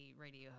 radio